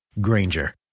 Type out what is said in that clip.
granger